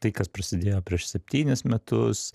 tai kas prasidėjo prieš septynis metus